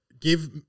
give